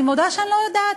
אני מודה שאני לא יודעת.